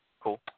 Cool